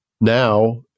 now